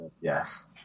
yes